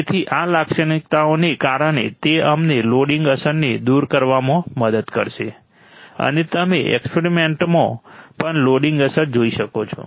તેથી આ લાક્ષણિકતાઓને કારણે તે અમને લોડિંગ અસરને દૂર કરવામાં મદદ કરશે અને તમે એક્સપેરિમેન્ટમાં પણ લોડિંગ અસર જોઈ શકો છો